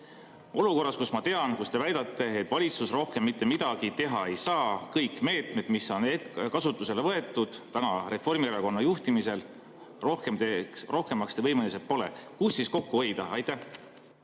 Olukorras, kus ma tean, te väidate, et valitsus rohkem mitte midagi teha ei saa, kõik meetmed on kasutusele võetud Reformierakonna juhtimisel, rohkemaks te võimelised pole. Kust siis kokku hoida? Aitäh